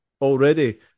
already